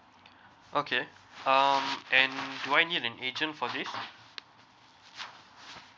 okay um and will I need an agent for this